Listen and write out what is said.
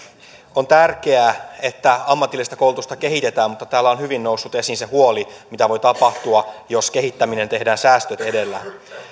on tärkeää että ammatillista koulutusta kehitetään mutta täällä on hyvin noussut esiin se huoli mitä voi tapahtua jos kehittäminen tehdään säästöt edellä